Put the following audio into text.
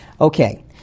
Okay